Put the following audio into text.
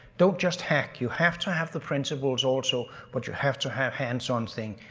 don't just hack, you have to have the principles also, but you have to have hands on thing,